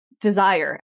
desire